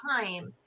time